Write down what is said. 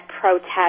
protest